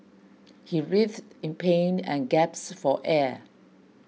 he writhed in pain and gasped for air